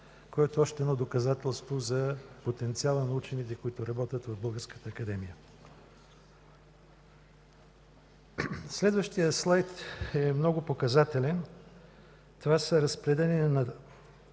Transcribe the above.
което е и още едно доказателство за потенциала на учените, които работят в Българската академия. Следващият слайд е много показателен. Това е разпределение на